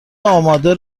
آماده